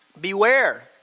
Beware